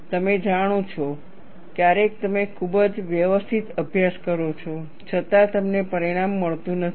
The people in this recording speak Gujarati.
તમે જાણો છો ક્યારેક તમે ખૂબ જ વ્યવસ્થિત અભ્યાસ કરો છો છતાં તમને પરિણામ મળતું નથી